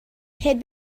had